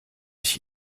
ich